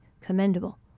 commendable